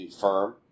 Firm